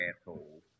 asshole